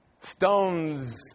Stones